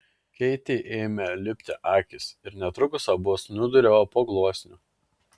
keitei ėmė lipti akys ir netrukus abu snūduriavo po gluosniu